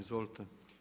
Izvolite.